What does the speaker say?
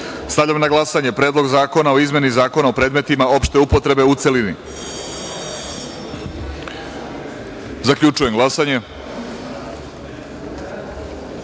na glasanje Predlog zakona o izmeni Zakona o predmetima opšte upotrebe, u celini. Zaključujem glasanje: